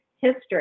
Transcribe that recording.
history